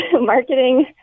marketing